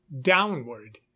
downward